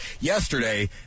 Yesterday